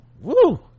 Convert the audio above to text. woo